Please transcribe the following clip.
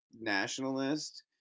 nationalist